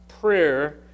prayer